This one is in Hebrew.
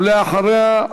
ולאחריה,